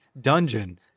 dungeon